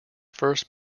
first